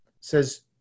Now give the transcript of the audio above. says